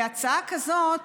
בהצעה כזאת,